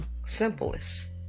Simplest